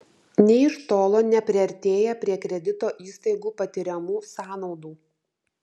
nė iš tolo nepriartėja prie kredito įstaigų patiriamų sąnaudų